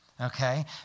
okay